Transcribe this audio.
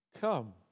Come